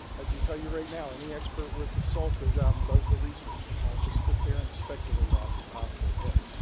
i can tell you right now, any expert worth a salt goes out and does the research. they don't just sit there and speculate off the top of their head.